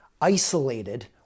isolated